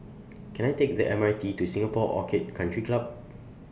Can I Take The M R T to Singapore Orchid Country Club